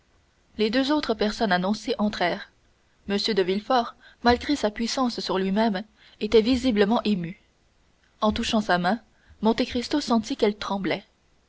les deux personnes annoncées entrèrent m de villefort malgré sa puissance sur lui-même était visiblement ému en touchant sa main monte cristo sentit qu'elle tremblait